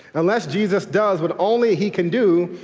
unless jesus does what only he can do,